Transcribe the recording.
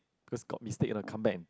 because got mistake you wanna come back and